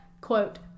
quote